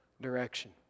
direction